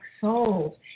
souls